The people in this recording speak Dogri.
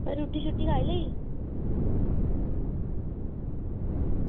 तुसें रुट्टी खाई लेई